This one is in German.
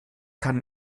kann